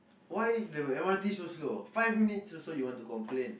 why the M_R_T so slow five minutes also you want to complain